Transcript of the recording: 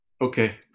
Okay